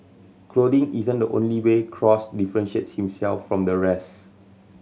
clothing isn't the only way Cross differentiates himself from the rest